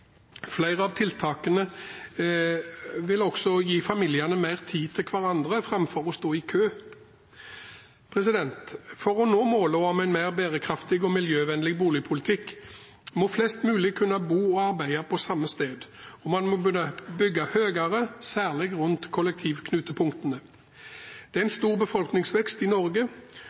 Flere av tiltakene vil også gi familiene mer tid til hverandre framfor å stå i kø. For å nå målet om en mer bærekraftig og miljøvennlig boligpolitikk må flest mulig kunne bo og arbeide på samme sted, og man må bygge høyere, særlig rundt kollektivknutepunktene. Det er en stor befolkningsvekst i Norge,